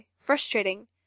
Frustrating